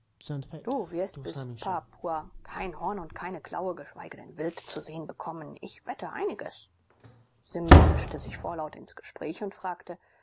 du wirst bis mpapua kein horn und keine klaue geschweige denn raubwild zu sehen bekommen ich wette einiges simba mischte sich vorlaut ins gespräch und fragte